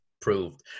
proved